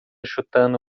chutando